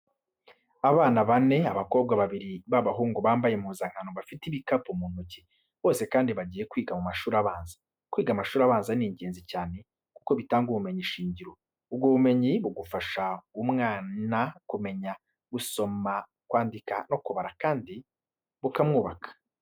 Abana bane, abakobwa babiri n'abahungu bambye impuzankano bafite ibikapu mu ntoki, bose kandi bagiye kwiga mu mashuri abanza. Kwiga amashuri abanza ni ingenzi cyane kuko bitanga ubumenyi shingiro, ubwo bumenyi bugafasha umwana kumenya gusoma, kwandika no kubara kandi bukamwubaka.